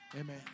amen